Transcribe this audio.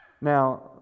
Now